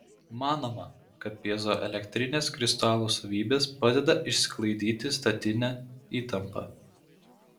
manoma kad pjezoelektrinės kristalų savybės padeda išsklaidyti statinę įtampą